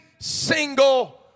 single